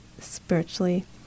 spiritually